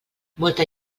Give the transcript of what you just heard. molta